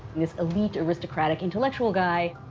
this elite, aristocratic, intellectual guy.